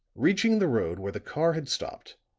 reaching the road where the car had stopped,